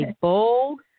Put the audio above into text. bold